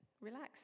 relax